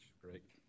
Great